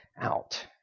out